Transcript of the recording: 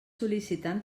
sol·licitant